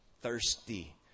thirsty